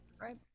right